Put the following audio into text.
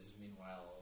Meanwhile